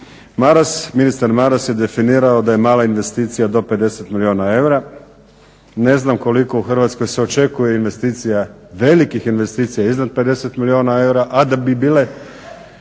Maras, ministar Maras je definirao da je mala investicija do 50 milijuna eura, ne znam koliko se u Hrvatskoj očekuje investicija velikih investicija iznad 50 milijuna eura, a da bi bile